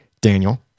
Daniel